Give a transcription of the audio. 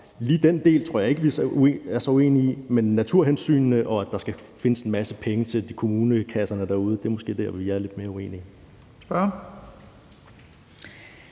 lige den del tror jeg ikke vi er så uenige om, men det med naturhensyn og det med, at der skal findes en masse penge til kommunekasserne derude, er måske der, vi er lidt mere uenige.